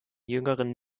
jüngeren